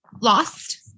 lost